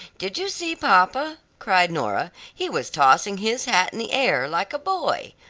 did you see papa? cried nora, he was tossing his hat in the air, like a boy.